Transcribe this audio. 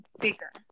bigger